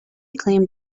claimed